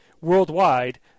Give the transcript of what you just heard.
worldwide